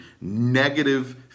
negative